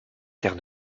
terre